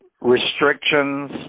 restrictions